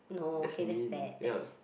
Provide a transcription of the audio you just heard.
that's mean ya